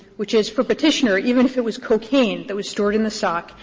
which is, for petitioner, even if it was cocaine that was stored in the sock,